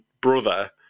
brother